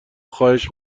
خواهش